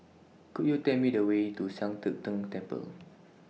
Could YOU Tell Me The Way to Sian Teck Tng Temple